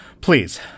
Please